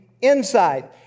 inside